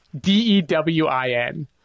d-e-w-i-n